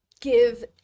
give